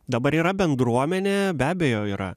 dabar yra bendruomenė be abejo yra